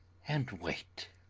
and wait.